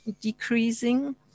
decreasing